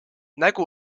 nägu